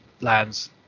lands